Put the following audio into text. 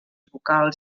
vocals